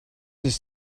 ist